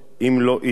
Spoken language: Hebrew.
אם לא אי-תחרות.